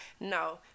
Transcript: no